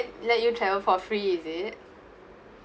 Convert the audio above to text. let you travel for free is it